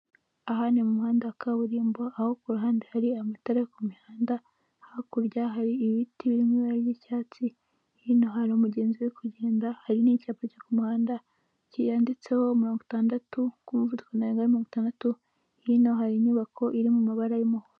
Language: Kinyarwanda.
Aha ni muhanda kaburimbo aho ku ruhande hari amatara yo ku mihanda, hakurya hari ibiti biri mu ibara ry'icyatsi, hino hari umugenzi uri kugenda, hari n'icyapa cyo ku muhanda cyanditseho mirongo itandatu ku muvuduko ntarengwa ni mirongo itandatu, hino hari inyubako iri mu mabara y'umuhondo.